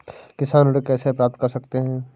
किसान ऋण कैसे प्राप्त कर सकते हैं?